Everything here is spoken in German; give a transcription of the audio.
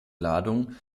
ladung